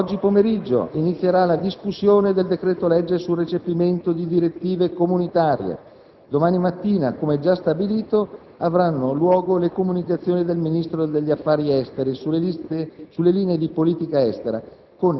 Oggi pomeriggio inizierà la discussione del decreto-legge sul recepimento di direttive comunitarie. Domani mattina, come già stabilito, avranno luogo le comunicazioni del Ministro degli affari esteri sulle linee di politica estera